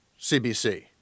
CBC